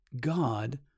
God